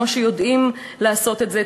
כמו שיודעים לעשות את זה.